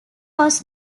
was